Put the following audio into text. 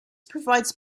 provides